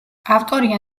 ავტორია